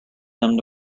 them